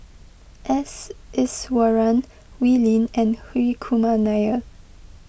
S Iswaran Wee Lin and Hri Kumar Nair